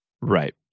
Right